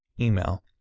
email